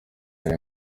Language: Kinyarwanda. hari